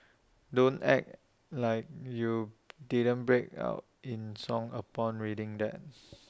don't act like you didn't break out in song upon reading that